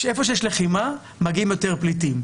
איפה שיש לחימה, מגיעים יותר פליטים.